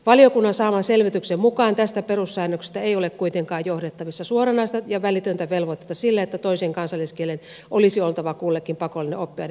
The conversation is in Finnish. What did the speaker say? valiokunnan saaman selvityksen mukaan tästä perussäännöksestä ei ole kuitenkaan johdettavissa suoranaista ja välitöntä velvoitetta sille että toisen kansalliskielen olisi oltava kullekin pakollinen oppiaine perusopetuksessa